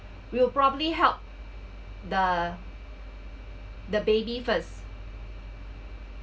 will probably help the the baby first